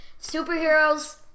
Superheroes